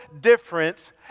difference